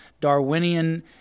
Darwinian